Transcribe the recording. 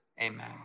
Amen